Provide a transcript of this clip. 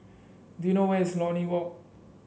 do you know where is Lornie Walk